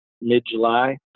mid-July